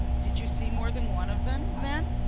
did you see more than one of them, then?